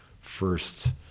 first